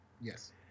Yes